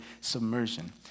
submersion